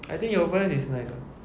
I think your voice is nice ah